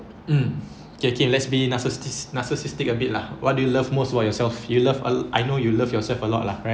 um okay K let's be narciss~ narcissistic a bit lah what do you love most about yourself you love a l~ I know you love yourself a lot lah right